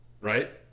Right